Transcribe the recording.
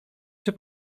czy